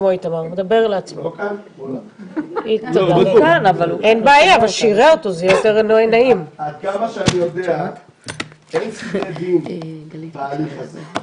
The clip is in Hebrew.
בהליך הזה.